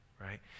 right